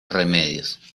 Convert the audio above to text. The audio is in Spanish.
remedios